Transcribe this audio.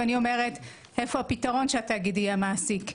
ואני אומרת איפה הפתרון שהתאגיד יהיה המעסיק?